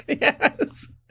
yes